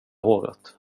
håret